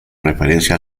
referencia